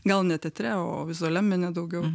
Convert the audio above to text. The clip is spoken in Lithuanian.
gal ne teatre o vizualiam mene daugiau